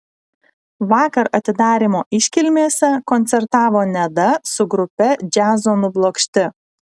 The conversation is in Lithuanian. vakar atidarymo iškilmėse koncertavo neda su grupe džiazo nublokšti